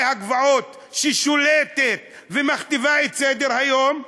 הגבעות ששולטת ומכתיבה את סדר-היום,